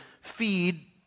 feed